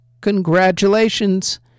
congratulations